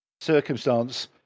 circumstance